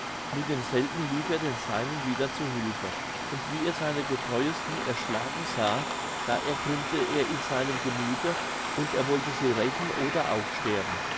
mit demselben lief er den seinen wieder zu hülfe und wie er seine getreuesten erschlagen sah da ergrimmte er in seinem gemüthe und er wollte sie rächen oder auch sterben